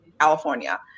California